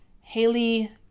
Haley